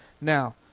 Now